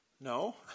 No